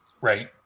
right